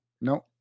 No